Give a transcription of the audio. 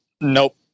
Nope